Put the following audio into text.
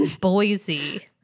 Boise